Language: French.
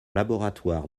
laboratoire